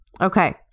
Okay